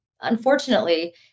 Unfortunately